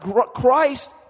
Christ